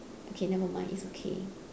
okay never mind it's okay